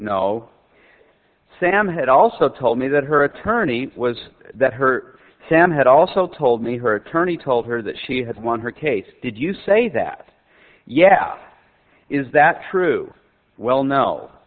know sam had also told me that her attorney was that her sam had also told me her attorney told her that she has won her case did you say that yes is that true well no